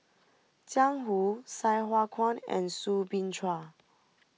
Jiang Hu Sai Hua Kuan and Soo Bin Chua